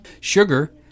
Sugar